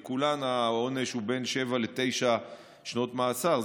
בכולן העונש הוא בין שבע לתשע שנות מאסר,